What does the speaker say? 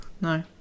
No